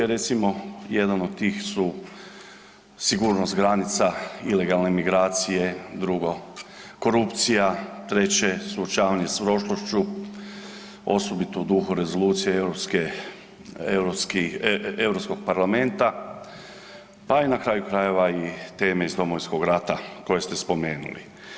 Recimo jedan od tih sigurnost granica, ilegalne migracije, drugo korupcija, treće suočavanje s prošlošću osobito u duhu rezolucija europske, europski, Europskog parlamenta, pa i na kraju krajeva i teme iz Domovinskog rata koje ste spomenuli.